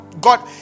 God